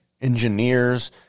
engineers